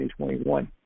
2021